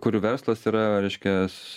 kurių verslas yra reiškias